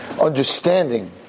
understanding